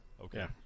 Okay